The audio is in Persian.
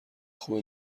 خوبه